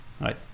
right